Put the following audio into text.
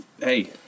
hey